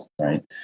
Right